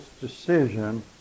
decision